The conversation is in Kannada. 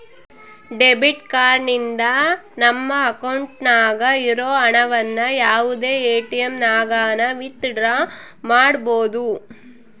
ಡೆಬಿಟ್ ಕಾರ್ಡ್ ನಿಂದ ನಮ್ಮ ಅಕೌಂಟ್ನಾಗ ಇರೋ ಹಣವನ್ನು ಯಾವುದೇ ಎಟಿಎಮ್ನಾಗನ ವಿತ್ ಡ್ರಾ ಮಾಡ್ಬೋದು